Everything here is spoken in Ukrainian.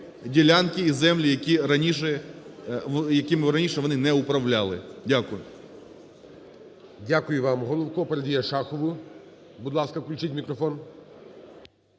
Дякую.